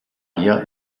dir